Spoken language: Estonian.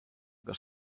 kas